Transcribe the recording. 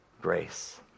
grace